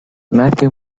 matthew